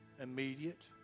immediate